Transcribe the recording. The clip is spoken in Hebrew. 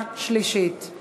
אנחנו